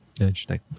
Interesting